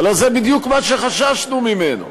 הלוא זה בדיוק מה שחששנו ממנו.